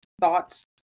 thoughts